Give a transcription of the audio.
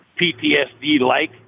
PTSD-like